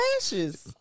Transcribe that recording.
lashes